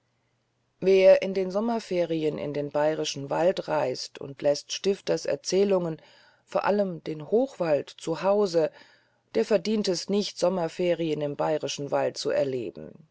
wer in den sommerferien in den bayerischen wald reist und läßt stifters erzählungen vor allem den hochwald zu hause der verdient es nicht sommerferien im bayerischen wald zu erleben